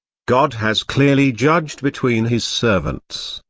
god has clearly judged between his servants.